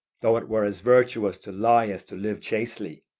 though it were as virtuous to lie as to live chastely.